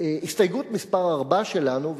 הסתייגות מס' 4 שלנו,